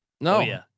No